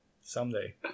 someday